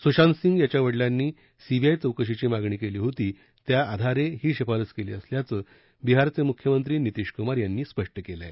सुशांतसिंग याच्या वडिलांनी सीबीआय चौकशीची मागणी केली होती त्याआधारे ही शिफारस केली असल्याचं बिहारचे मुख्यमंत्री नितीशकुमार यादव यांनी स्पष्ट केलं आहे